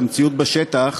כשהמציאות בשטח